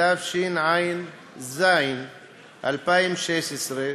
התשע"ז 2016,